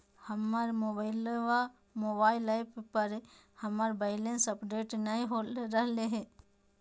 हमर mobile app पर हमर बैलेंस अपडेट नय हो रहलय हें